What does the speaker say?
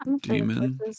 demon